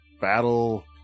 battle